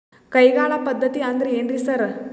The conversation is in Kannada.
ಕೈಗಾಳ್ ಪದ್ಧತಿ ಅಂದ್ರ್ ಏನ್ರಿ ಸರ್?